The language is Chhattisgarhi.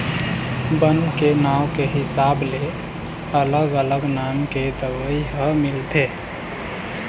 बन के नांव के हिसाब ले अलग अलग नाम के दवई ह मिलथे